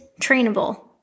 trainable